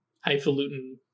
highfalutin